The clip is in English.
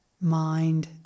mind